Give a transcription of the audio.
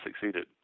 succeeded